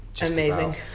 Amazing